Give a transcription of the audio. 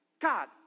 God